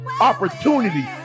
opportunity